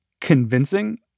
convincing